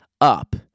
up